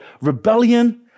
rebellion